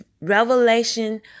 revelation